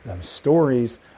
stories